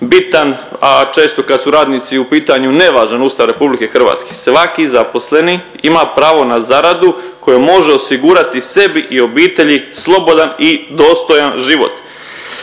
bitan, a često kad su radnici u pitanju, nevažan Ustav RH. Svaki zaposleni ima pravo na zaradu kojom može osigurati sebi i obitelji slobodan i dostojan život.